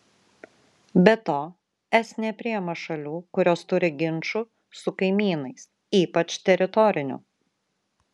be to es nepriima šalių kurios turi ginčų su kaimynais ypač teritorinių